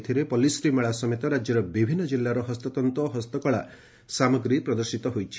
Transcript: ଏଥିରେ ପଲ୍ଲିଶ୍ରୀମେଳା ସମେତ ରାଜ୍ୟର ବିଭିନ୍ନ ଜିଲ୍ଲାର ହସ୍ତତ୍ତ ଓ ହସ୍ତକଳା ସାମଗ୍ରୀ ପ୍ରଦର୍ଶୀତ ହେଉଛି